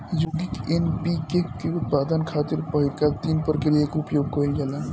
यौगिक एन.पी.के के उत्पादन खातिर पहिलका तीन प्रक्रिया के उपयोग कईल जाला